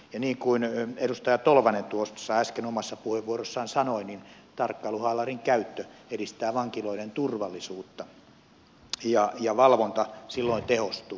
ja niin kuin edustaja tolvanen äsken omassa puheenvuorossaan sanoi niin tarkkailuhaalarin käyttö edistää vankiloiden turvallisuutta ja valvonta silloin tehostuu